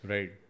Right